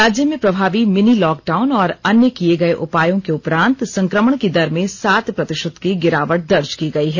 राज्य में प्रभावी मिनी लॉकडाउन और अन्य किए गए उपायों के उपरान्त संक्रमण की दर में सात प्रतिशत की गिरावट दर्ज की गई है